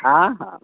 हा हा